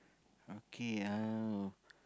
okay uh